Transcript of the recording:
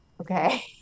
Okay